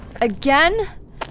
Again